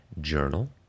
journal